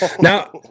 Now